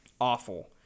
awful